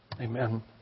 Amen